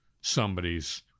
somebody's